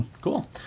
Cool